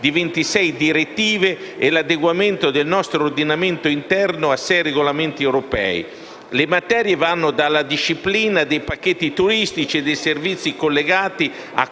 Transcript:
di 26 direttive e l'adeguamento del nostro ordinamento interno a sei regolamenti europei. Le materie vanno dalla disciplina dei pacchetti turistici e dei servizi collegati a